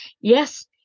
yes